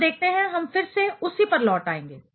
हम देखते हैं हम फिर से उसी पर लौट आएंगे